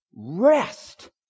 Rest